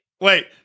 Wait